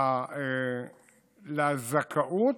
לזכאות,